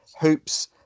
hoops